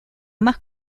más